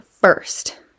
first